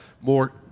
more